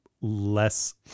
less